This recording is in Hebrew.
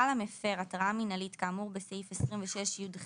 לפר התראה מינהלית כאמור בסעיף 26יח,